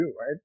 right